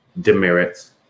Demerits